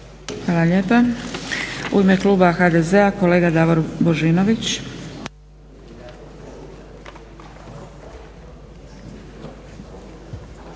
Hvala lijepa. U ime kluba HDZ-a kolega Davor Božinović.